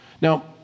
Now